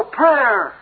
prayer